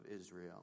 Israel